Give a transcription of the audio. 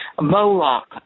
Moloch